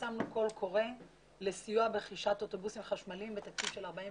פרסמנו קול קורא לסיוע ברכישת אוטובוסים חשמליים בתקציב של 47